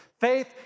Faith